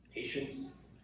patience